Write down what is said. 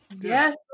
Yes